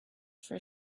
for